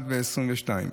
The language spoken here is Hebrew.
2021 ו-2022.